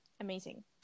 Amazing